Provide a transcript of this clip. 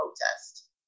protest